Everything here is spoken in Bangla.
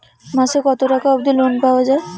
মাসে কত টাকা অবধি লোন পাওয়া য়ায়?